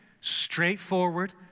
straightforward